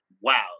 wow